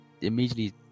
immediately